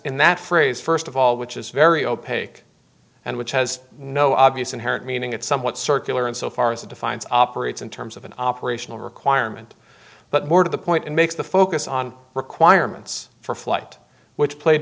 in that phrase first of all which is very opaque and which has no obvious inherent meaning it's somewhat circular in so far as it defines operates in terms of an operational requirement but more to the point it makes the focus on requirements for flight which played